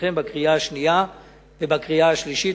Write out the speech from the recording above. לפניכם בקריאה שנייה ובקריאה שלישית.